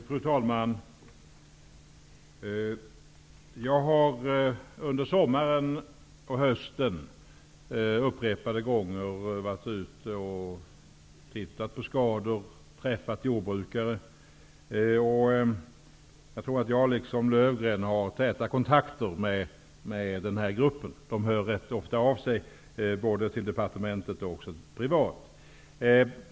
Fru talman! Jag har under sommaren och hösten upprepade gånger varit ute och tittat på skador och träffat jordbrukare. Jag har, liksom Löfgreen, täta kontakter med den här gruppen. De hör rätt ofta av sig, både till departementet och privat.